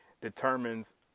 determines